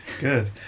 Good